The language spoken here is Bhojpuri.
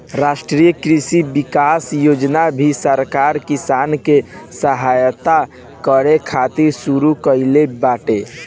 राष्ट्रीय कृषि विकास योजना भी सरकार किसान के सहायता करे खातिर शुरू कईले बाटे